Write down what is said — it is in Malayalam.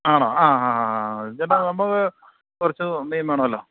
ആണോ ആ ആ ആ ആ ചേട്ടാ നമ്മള്ക്കു കുറച്ച് മീന് വേണമല്ലോ